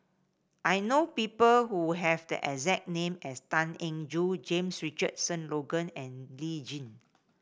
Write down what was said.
I know people who have the exact name as Tan Eng Joo James Richardson Logan and Lee Tjin